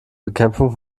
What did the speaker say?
bekämpfung